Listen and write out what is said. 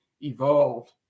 evolved